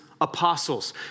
apostles